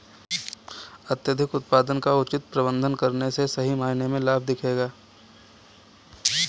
अत्यधिक उत्पादन का उचित प्रबंधन करने से सही मायने में लाभ दिखेगा